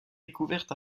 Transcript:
découvertes